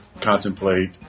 contemplate